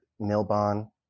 Milbon